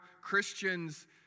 Christians